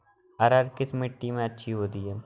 अरहर किस मिट्टी में अच्छी होती है?